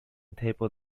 table